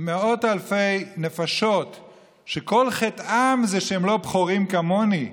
מאות אלפי נפשות שכל חטאן זה שהם לא בכורים כמוני,